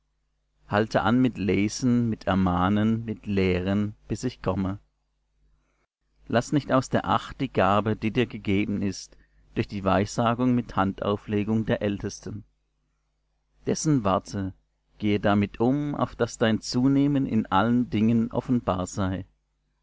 halte an mit lesen mit ermahnen mit lehren bis ich komme laß nicht aus der acht die gabe die dir gegeben ist durch die weissagung mit handauflegung der ältesten dessen warte gehe damit um auf daß dein zunehmen in allen dingen offenbar sei